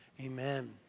amen